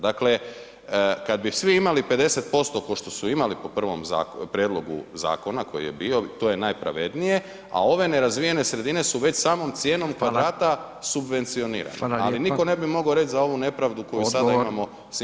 Dakle, kad bi svi imali 50% kao što su imali po prvom prijedlogu zakona koji je bio, to je najpravednije, a ove nerazvijene sredine su već samom cijenom [[Upadica: Hvala]] kvadrata subvencionirane [[Upadica: Hvala lijepa.]] ali nitko ne bi mogao reći za ovu nepravdu koju sada imamo s indeksom razvijenosti.